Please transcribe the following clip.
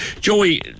Joey